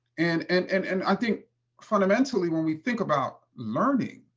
and and and and i think fundamentally, when we think about learning